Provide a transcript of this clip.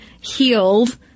healed